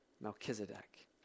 Melchizedek